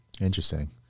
Interesting